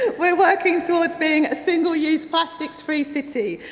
we're working towards being a single use, plastics free city.